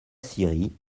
scierie